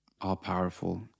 all-powerful